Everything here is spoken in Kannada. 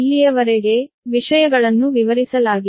ಇಲ್ಲಿಯವರೆಗೆ ವಿಷಯಗಳನ್ನು ವಿವರಿಸಲಾಗಿದೆ